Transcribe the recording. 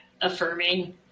affirming